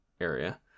area